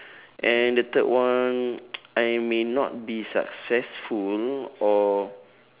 and the third one I may not be successful or